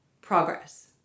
progress